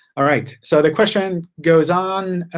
all right, so the question goes on.